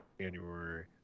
January